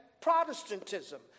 Protestantism